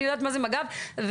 אני יודעת מה זה מג"ב ומשטרה.